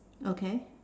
okay